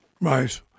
Right